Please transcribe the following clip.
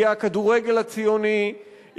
יהיה הכדורגל הציוני,